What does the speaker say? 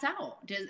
out